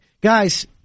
guys